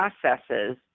processes